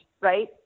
right